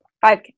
five